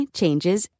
changes